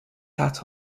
hat